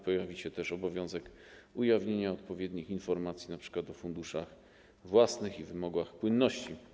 Pojawi się też obowiązek ujawniania odpowiednich informacji, np. o funduszach własnych i wymogach płynności.